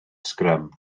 sgrym